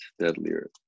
deadlier